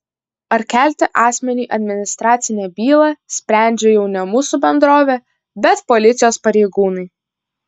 ar kelti asmeniui administracinę bylą sprendžia jau ne mūsų bendrovė bet policijos pareigūnai